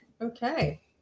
Okay